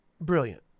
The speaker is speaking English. Brilliant